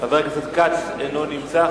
חבר הכנסת כץ אינו נמצא.